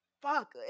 fuck